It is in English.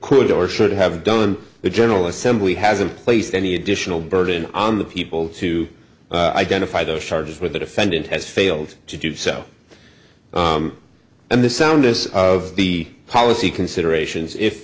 could or should have done the general assembly hasn't placed any additional burden on the people to identify those charges where the defendant has failed to do so and the soundness of the policy considerations if